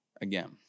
again